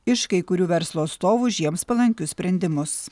iš kai kurių verslo atstovų už jiems palankius sprendimus